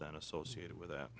that associated with that